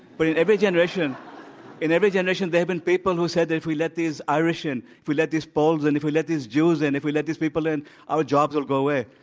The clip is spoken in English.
but every generation in every generation there have been people who said that if we let these irish in, if we let these poles in, if we let these jews in, if we let these people in our jobs will go away.